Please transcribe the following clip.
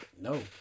No